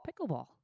pickleball